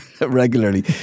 regularly